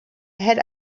had